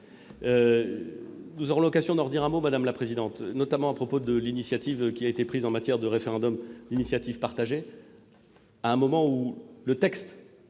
Nous aurons l'occasion d'en redire un mot, madame la présidente Assassi, notamment à propos de l'initiative qui a été prise récemment en matière de référendum d'initiative partagée. Le texte